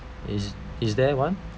is is there one